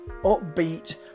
upbeat